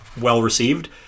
well-received